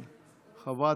לאומי-אזרחי,